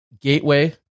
Gateway